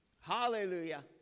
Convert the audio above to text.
Hallelujah